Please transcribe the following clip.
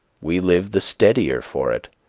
we live the steadier for it.